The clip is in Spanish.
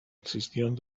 existieron